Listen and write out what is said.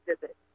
visit